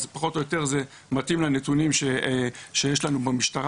פחות או יותר זה מתאים לנתונים שיש לנו במשטרה.